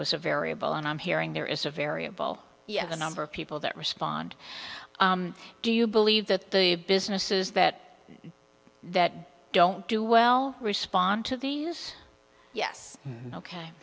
was a variable and i'm hearing there is a variable you have a number of people that respond do you believe that the businesses that that don't do well respond to these yes ok